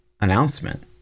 announcement